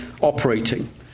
operating